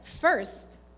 first